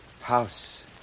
House